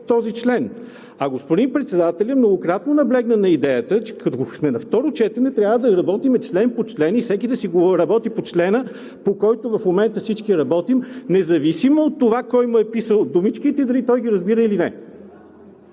този член. А господин председателят многократно наблегна на идеята, че след като сме на второ четене, трябва да работим член по член и всеки да си говори по текста, по който в момента всички работим, независимо от това кой му е писал думичките и дали той ги разбира или не!